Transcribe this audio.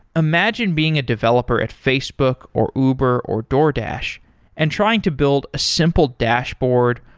imagine being a developer at facebook, or uber, or doordash and trying to build a simple dashboard,